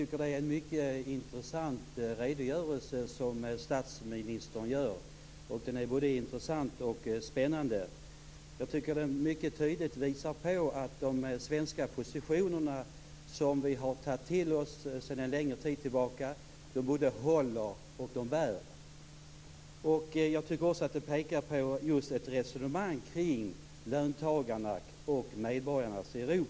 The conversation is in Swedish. Fru talman! Jag vill först säga att jag delar Ronny Olanders uppfattning att de svenska positionerna bär. Vi ligger nu i en politisk mittfåra i Europa, och alltflera regeringar runt omkring oss drar åt samma håll.